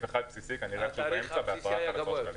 אחד בסיסי --- התעריף הבסיסי היה גבוה יותר?